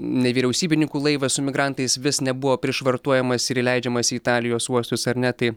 nevyriausybininkų laivas su migrantais vis nebuvo prišvartuojamas ir įleidžiamas į italijos uostus ar ne tai